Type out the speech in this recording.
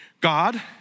God